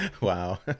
Wow